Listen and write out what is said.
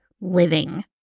living